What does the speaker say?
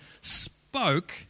spoke